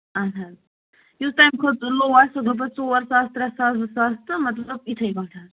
اَہَن حظ یُس تَمہِ کھۄتہٕ لو آسہِ سُہ دوٚپ ژور ساس ترٛےٚ ساس زٕ ساس تہٕ مطلب یِتھٕے پٲٹھۍ